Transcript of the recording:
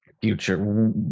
future